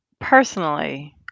personally